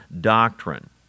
doctrine